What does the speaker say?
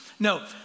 No